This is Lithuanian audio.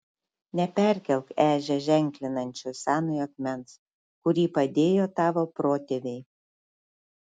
neperkelk ežią ženklinančio senojo akmens kurį padėjo tavo protėviai